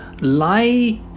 lie